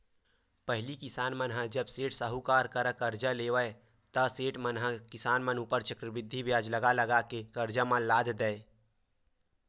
पहिली किसान मन ह जब सेठ, साहूकार करा ले करजा लेवय ता सेठ मन ह किसान मन ऊपर चक्रबृद्धि बियाज लगा लगा के करजा म लाद देय